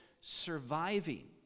surviving